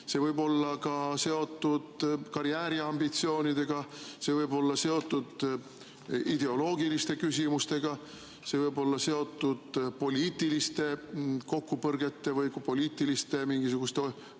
see võib olla seotud karjääriambitsioonidega, see võib olla seotud ideoloogiliste küsimustega, see võib olla seotud ka poliitiliste kokkupõrgete või mingisuguste